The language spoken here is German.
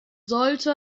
sollte